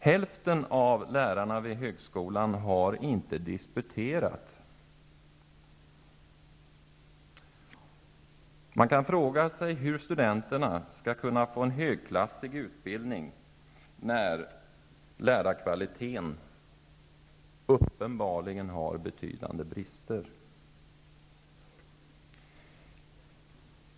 Hälften av lärarna vid högskolan har inte disputerat. Man kan fråga sig hur studenterna skall kunna få en högklassig utbildning när lärarkvaliteten uppenbarligen har betydande brister.